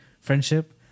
friendship